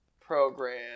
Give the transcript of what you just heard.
program